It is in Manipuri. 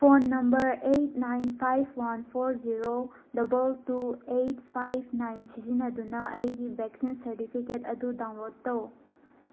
phone number eight nine five one four zero double two eight five nine ꯁꯤꯖꯤꯟꯅꯗꯨꯅ ꯑꯩꯒꯤ ꯕꯦꯛꯁꯤꯟ ꯁꯔꯗꯤꯐꯤꯀꯦꯠ ꯑꯗꯨ ꯗꯥꯎꯟꯂꯣꯗ ꯇꯧ